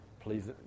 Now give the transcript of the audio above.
please